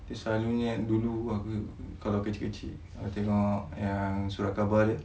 kita selalunya dulu aku kalau kecik kecik tengok yang surat khabar